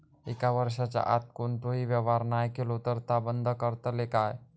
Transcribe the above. एक वर्षाच्या आत कोणतोही व्यवहार नाय केलो तर ता बंद करतले काय?